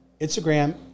Instagram